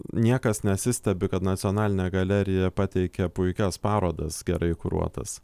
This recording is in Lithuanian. niekas nesistebi kad nacionalinė galerija pateikia puikias parodas gerai kuruotas